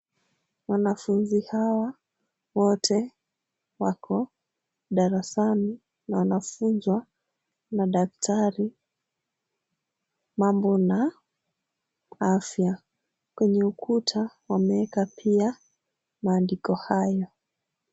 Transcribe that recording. Wanafunzi hawa wote wako darasani na wanafunzwa na daktari mambo na afya ,kwenye ukuta wameweka pia maandiko hayo.